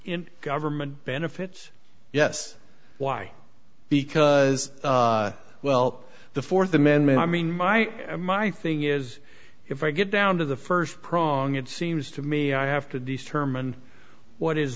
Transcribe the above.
in government benefits yes why because well the fourth amendment i mean my my thing is if i get down to the first prong it seems to me i have to determine what is